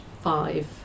five